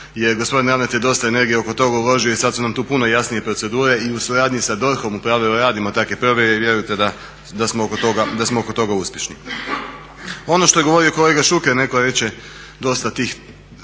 je gospodin ravnatelj dosta energije oko toga uložio i sad su nam tu puno jasnije procedure i u suradnji sa DORH-om u pravilu radimo takve provjere i vjerujte da smo oko toga uspješni. Ono što je govorio kolega Šuker neko reče dosta tih